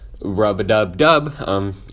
Rub-a-dub-dub